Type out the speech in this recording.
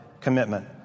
commitment